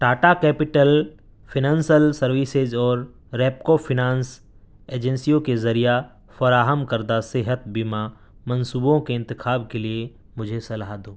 Tata capital financial services اور Repco finance ایجنسیوں کے ذریعہ فراہم کردہ صحت بیمہ منصوبوں کے انتخاب کے لیے مجھے صلاح دو